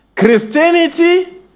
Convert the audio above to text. Christianity